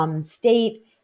state